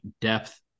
depth